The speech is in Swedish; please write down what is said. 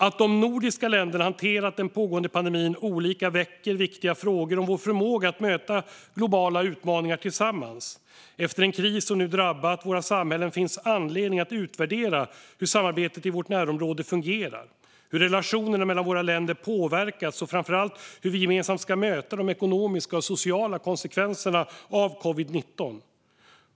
Att de nordiska länderna hanterat den pågående pandemin olika väcker viktiga frågor om vår förmåga att möta globala utmaningar tillsammans. Efter den kris som nu drabbat våra samhällen finns anledning att utvärdera hur samarbetet i vårt närområde fungerar, hur relationerna mellan våra länder påverkats och framför allt hur vi gemensamt ska möta de ekonomiska och sociala konsekvenserna av covid-19.